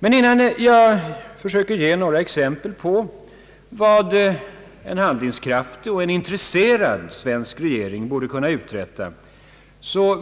Men innan jag försöker ge några exempel på vad en handlingskraftig och intresserad svensk regering borde kunna uträtta,